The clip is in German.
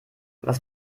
was